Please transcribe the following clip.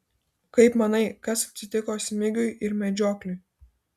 kaip manai kas atsitiko smigiui ir medžiokliui